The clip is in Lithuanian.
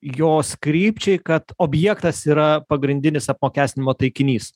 jos krypčiai kad objektas yra pagrindinis apmokestinimo taikinys